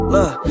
Look